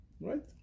Right